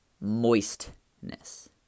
moistness